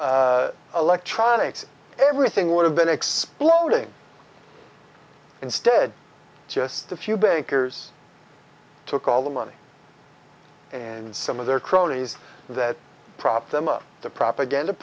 electronics everything would have been exploding instead just a few bakers took all the money and some of their cronies that prop them up the propaganda